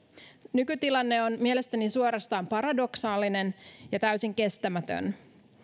nykytilanne on mielestäni suorastaan paradoksaalinen ja täysin kestämätön